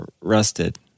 rusted